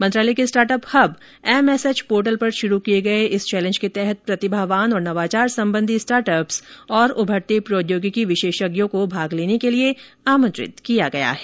मंत्रालय के startup hub MSH portal पर शुरू किए गए इस चैलेंज के तहत प्रतिभावान और नवाचार संबंधी स्टार्टअप्स तथा उभरते प्रौद्योगिकी विशेषज्ञों को भाग लेने के लिए आमंत्रित किया गया है